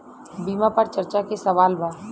बीमा पर चर्चा के सवाल बा?